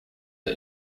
are